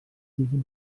siguin